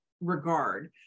regard